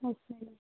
ਅੱਛਾ ਜੀ